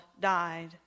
died